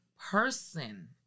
person